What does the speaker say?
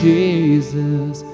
Jesus